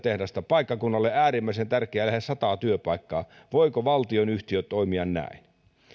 tehdas paikkakunnalle äärimmäisen tärkeä lähes sata työpaikkaa voiko valtionyhtiö toimia näin